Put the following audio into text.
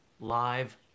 live